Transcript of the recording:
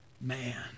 man